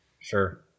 sure